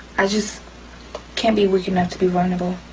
i just can't be weak enough to be vulnerable.